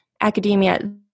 academia